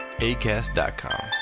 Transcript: ACAST.com